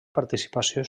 participació